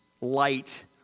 light